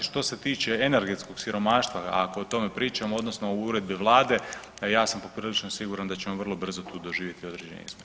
Što se tiče energetskog siromaštva, ako o tome pričamo, odnosno uredbi Vlade, ja sam poprilično siguran da ćemo vrlo brzo to doživjeti određene izmjene.